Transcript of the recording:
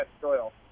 soil